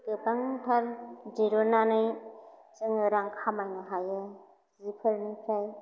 गोबांथार दिरुन्नानै जोङो रां खामायनो हायो जिफोरनिफ्राय